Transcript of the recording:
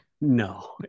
No